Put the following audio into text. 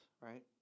right